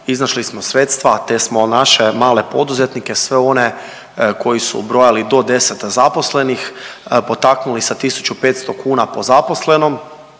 iznašli smo sredstva te smo naše male poduzetnike sva one koji su brojali do 10 zaposlenih potaknuli sa 1.500 kuna po zaposlenom